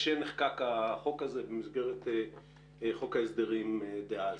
כשנחקק החוק הזה במסגרת חוק ההסדרים דאז.